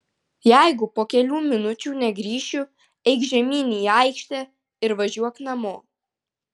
jeigu po kelių minučių negrįšiu eik žemyn į aikštę ir važiuok namo